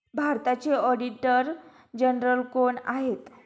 भारताचे auditor general कोण आहेत?